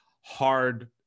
hard